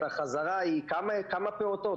והוא כמה פעוטות,